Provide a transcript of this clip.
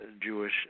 Jewish